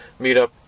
Meetup